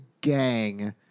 gang